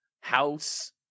House